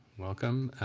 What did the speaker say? welcome.